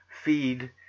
feed